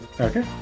Okay